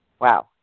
Wow